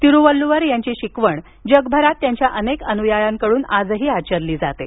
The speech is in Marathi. तिरुवल्लुवर यांची शिकवण जगभरात त्यांच्या अनेक अनुयायांकडून आजही आचरली जाते